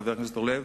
חבר הכנסת אורלב,